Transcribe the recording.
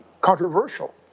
controversial